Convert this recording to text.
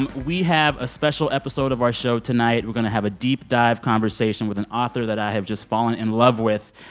and we have a special episode of our show tonight. we're going to have a deep-dive conversation with an author that i have just fallen in love with.